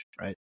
right